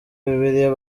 bibiliya